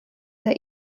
der